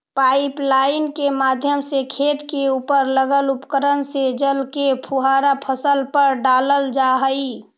pipeline के माध्यम से खेत के उपर लगल उपकरण से जल के फुहारा फसल पर डालल जा हइ